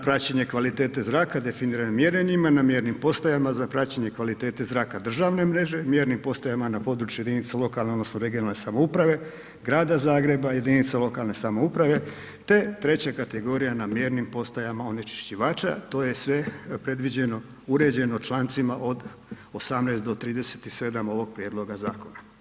Praćenje kvalitete zraka definiran je mjerenjima na mjernim postajama za praćenje kvalitete zraka državne mreže, mjernim postajama na području jedinica lokalne, odnosno regionalne samouprave, Grada Zagreba, jedinicama lokalne samouprave te treća kategorija na mjernim postajama onečišćivača, to je sve predviđeno, uređeno čl. od 18.-37. ovog prijedloga zakona.